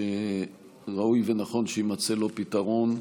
שראוי ונכון שיימצא לו פתרון,